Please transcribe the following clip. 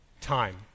time